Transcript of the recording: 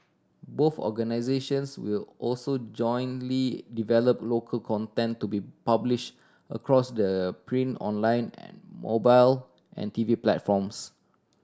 both organisations will also jointly develop local content to be publish across the print online mobile and T V platforms